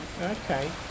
okay